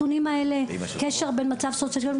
קשר בין מצב סוציו-אקונומי.